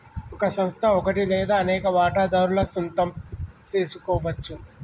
ఓ సంస్థ ఒకటి లేదా అనేక వాటాదారుల సొంతం సెసుకోవచ్చు